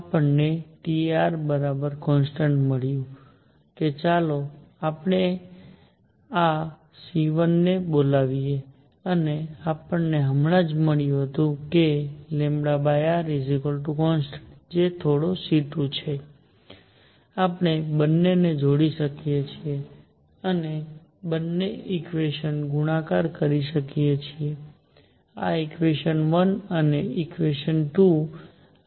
આપણને Trconstant મળ્યું છે ચાલો આપણે આ c1 ને બોલાવીએ અને આપણને હમણાં જ મળ્યું છે કે rconstant જે થોડો c2 છે આપણે બંને ને જોડી શકીએ છીએ અને બંને ઇક્વેશનનો ગુણાકાર કરી શકીએ છીએ આ ઇક્વેશન1 અને આ ઇક્વેશન 2